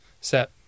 set